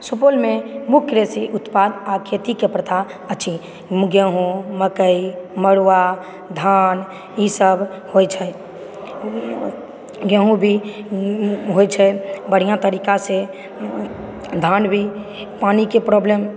सुपौलमे मुख्य कृषि उत्पाद आ खेतीके प्रथान अछि गेंहूँ मकइ मड़ुआ धान ई सब होइ छै गेंहूँ भी होइ छै बढ़िआँ तरीकासंँ धान भी पानिके प्रॉब्लम